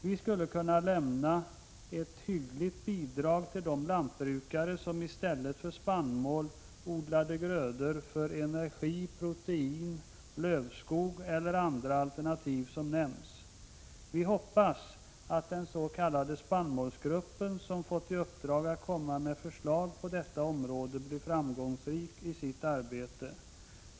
Vi skulle kunna lämna ett hyggligt bidrag till de lantbrukare som i stället för spannmål odlar grödor för energi, protein, lövskog eller andra alternativ som nämnts. Vi hoppas att den s.k. spannmålsgruppen, som har fått i uppdrag att komma med förslag på detta område, blir framgångsrik i sitt arbete.